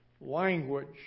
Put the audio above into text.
language